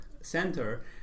center